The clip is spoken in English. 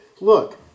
look